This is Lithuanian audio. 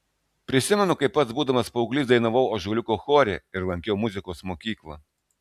prisimenu kaip pats būdamas paauglys dainavau ąžuoliuko chore ir lankiau muzikos mokyklą